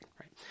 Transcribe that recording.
right